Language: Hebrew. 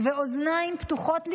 ואוזניים פתוחות לרווחה,